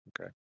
Okay